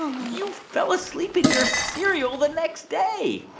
you fell asleep in your cereal the next day ah,